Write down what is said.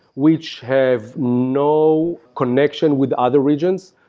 which have no connection with other regions.